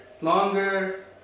longer